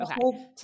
okay